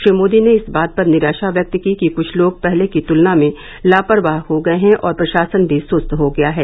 श्री मोदी ने इस बात पर निराशा व्यक्त की कि क्छ लोग पहले की तुलना में लापरवाह हो गये हैं और प्रशासन भी सुस्त हो गया है